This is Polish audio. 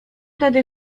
tedy